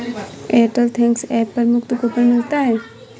Airtel Thanks app पर मुफ्त coupon मिलता है